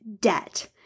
debt